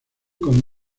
con